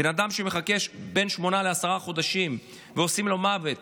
בן אדם שמחכה בין שמונה לעשרה חודשים ועושים לו את המוות